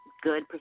good